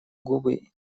губы